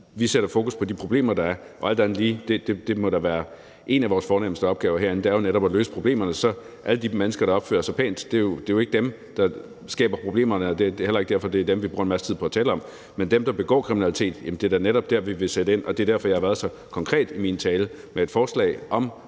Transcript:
Vi sætter fokus på de problemer, der er, og alt andet lige må en af vores fornemste opgaver herinde da være at løse problemerne. Det er jo ikke alle de mennesker, der opfører sig pænt, der skaber problemerne, og det er derfor heller ikke dem, vi bruger masser af tid på at tale om. Men det er netop over for dem, der begår kriminalitet, vi vil sætte ind, og det er derfor, jeg har været så konkret i min tale med et forslag om